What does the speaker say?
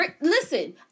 Listen